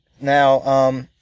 now